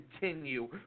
continue